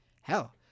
hell